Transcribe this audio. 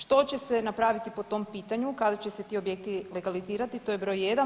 Što će se napraviti po tom pitanju, kada će se ti objekti legalizirati, to je broj jedan.